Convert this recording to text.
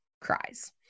cries